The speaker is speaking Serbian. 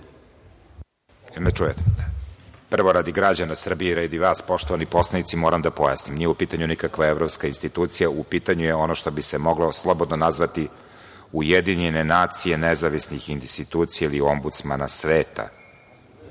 Prvo, radi građana Srbije i radi vas, poštovani poslanici, moram da pojasnim. Nije u pitanju nikakva evropska institucija, u pitanju je ono što bi se slobodno moglo nazvati UN nezavisnih institucija ili ombudsmana sveta